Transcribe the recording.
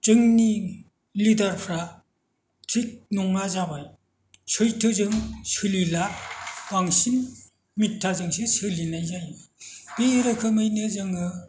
जोंनि लिदार फ्रा थिग नङा जाबाय सैथोजों सोलिला बांसिन मिथ्थाजोंसो सोलिनाय जायो बे रोखोमैनो जोङो